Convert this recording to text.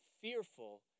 fearful